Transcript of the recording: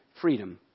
freedom